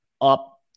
up